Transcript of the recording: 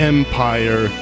Empire